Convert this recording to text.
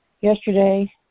yesterday